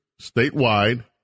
statewide